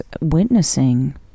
witnessing